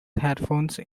headphones